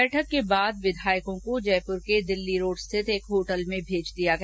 बैठक के बाद विधायकों को जयपुर के दिल्ली रोड़ स्थित एक होटल में मेज दिया गया